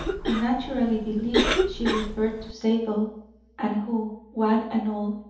who naturally believed she referred to zabel, and who, one and all,